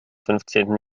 fünfzehnten